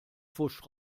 pfusch